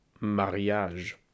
Mariage